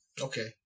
Okay